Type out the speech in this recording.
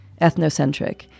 ethnocentric